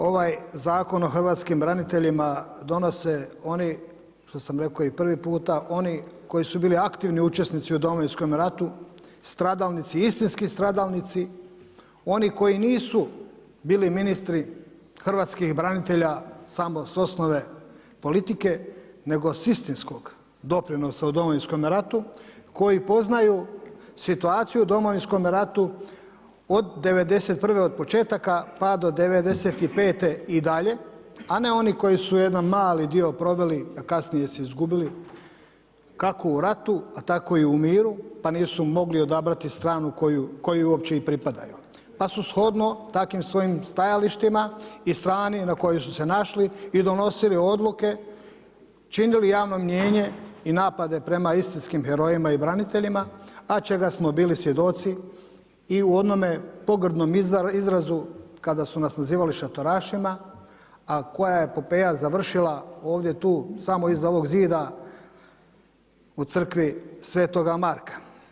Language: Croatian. Ovaj Zakon o hrvatskim braniteljima donose oni, što sam rekao i prvi puta, oni koji su bili aktivni učesnici u Domovinskom ratu, istinski stradalnici, ono koji nisu bili ministri hrvatskih branitelja samo s osnove politike nego s istinskog doprinosa u Domovinskom ratu, koji poznaju situaciju u Domovinskom ratu od '91., od početaka pa do '95. i dalje, a ne oni koji su jedna mali dio proveli a kasnije se izgubili kako u ratu tako i u miru pa nisu mogli odabrati stranu kojoj uopće pripadaju, pa su shodno takvim svojim stajalištima i strani na kojoj su se našli i donosili odluke, činili javnom mnijenje i napade prema istinskim herojima i braniteljima, a čega smo bili svjedoci i u onome pogrdnom izrazu kada su nas nazivali šatorašima, a koja je epopeja završila ovdje tu samo iza ovog zida u crkvi svetoga Marka.